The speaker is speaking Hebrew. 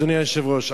אדוני היושב-ראש,